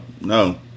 no